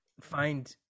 find